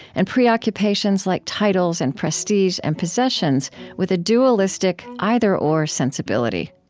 and preoccupations like titles and prestige and possessions with a dualistic, either or sensibility.